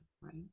Right